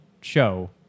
show